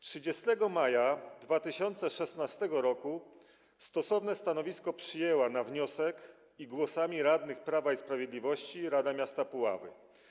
30 maja 2016 r. stosowane stanowisko przyjęła na wniosek i głosami radnych Prawa i Sprawiedliwości Rada Miasta Puławy.